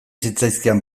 zitzaizkidan